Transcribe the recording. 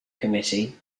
committee